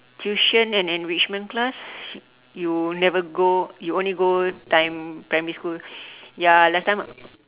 tuition and enrichment class you never go you only go time primary school ya last time